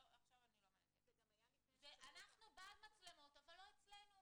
אבל לא אצלנו.